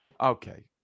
Okay